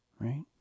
Right